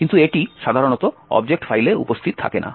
কিন্তু এটি সাধারণত অবজেক্ট ফাইলে উপস্থিত থাকে না